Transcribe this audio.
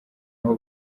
aho